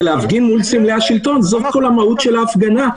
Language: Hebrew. להפגין מול סמלי השלטון זאת כל המהות של ההפגנה.